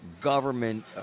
government